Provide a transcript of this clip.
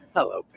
Hello